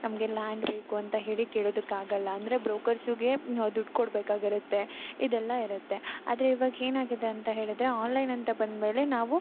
ನಮಗೆ ಲ್ಯಾಂಡ್ ಬೇಕು ಅಂತ ಹೇಳಿ ಕೇಳೋದಕ್ಕೆ ಆಗೋಲ್ಲ ಅಂದರೆ ಬ್ರೋಕರ್ಸಿಗೇ ನಾವು ದುಡ್ಡು ಕೊಡಬೇಕಾಗಿರುತ್ತೆ ಇದೆಲ್ಲ ಇರುತ್ತೆ ಆದರೆ ಈವಾಗ ಏನಾಗಿದೆ ಅಂತ ಹೇಳಿದರೆ ಆನ್ಲೈನ್ ಅಂತ ಬಂದ್ಮೇಲೆ ನಾವು